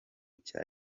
cya